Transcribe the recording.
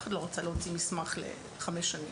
אף אחד לא רצה להוציא מסמך לחמש שנים.